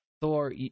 Thor